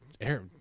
air